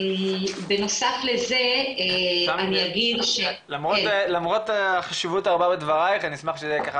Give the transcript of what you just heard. בנוסף לזה אני אגיד --- למרות החשיבות הרבה בדברייך אני אשמח שככה